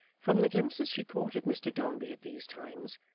from the glimpses she caught of mr dombey at these times,